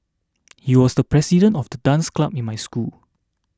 he was the president of the dance club in my school